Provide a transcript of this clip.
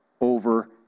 over